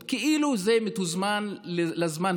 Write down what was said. הם אף פעם לא עשו את זה בכמות הזאת,